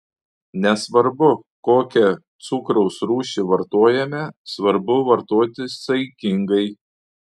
nesvarbu kokią cukraus rūšį vartojame svarbu vartoti saikingai